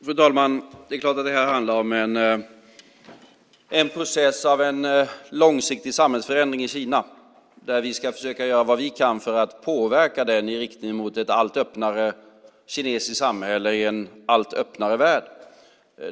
Fru talman! Det är klart att det här handlar om en process, en långsiktig samhällsförändring i Kina. Vi ska försöka göra vad vi kan för att påverka den i riktning mot ett allt öppnare kinesiskt samhälle i en allt öppnare värld.